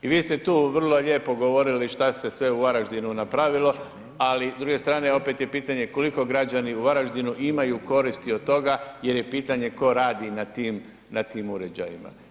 I vi ste tu vrlo lijepo govorili šta se sve u Varaždinu napravilo, ali s druge strane opet je pitanje koliko građani u Varaždinu imaju koristi od toga jer je pitanje tko radi na tim uređajima.